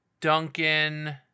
Duncan